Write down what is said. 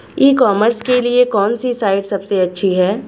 ई commerce के लिए कौनसी साइट सबसे अच्छी है?